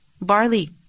barley